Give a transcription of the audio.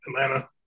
Atlanta